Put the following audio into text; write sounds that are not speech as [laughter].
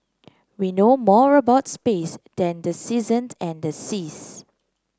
we know more about space than the season [unintelligible] and seas